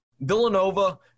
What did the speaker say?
Villanova